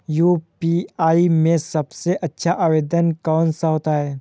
UPI में सबसे अच्छा आवेदन कौन सा होता है?